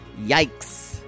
Yikes